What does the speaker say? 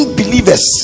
believers